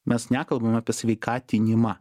mes nekalbam apie sveikatinimą